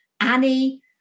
Annie